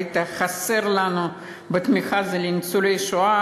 היית חסר לנו בתמיכה בניצולי שואה,